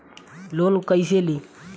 Loan कईसे ली?